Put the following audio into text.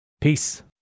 Peace